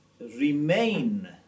remain